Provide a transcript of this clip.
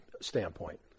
standpoint